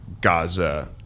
Gaza